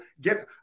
get